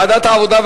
של ועדת העבודה,